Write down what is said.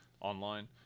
online